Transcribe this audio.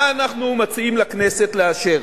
מה אנחנו מציעים לכנסת לאשר?